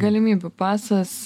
galimybių pasas